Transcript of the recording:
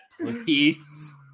please